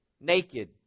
naked